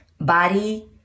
body